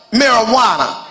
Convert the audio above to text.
marijuana